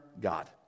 God